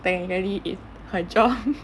technically it's her job